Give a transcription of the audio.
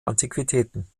antiquitäten